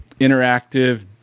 interactive